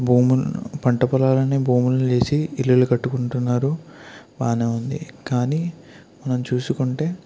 భూములను పంట పొలాలని భూములను చేసి ఇల్లులు కట్టుకుంటున్నారు బాగానే ఉంది కానీ మనం చూసుకుంటే